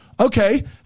Okay